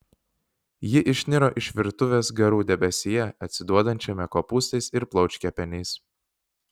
ji išniro iš virtuvės garų debesyje atsiduodančiame kopūstais ir plaučkepeniais